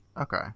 Okay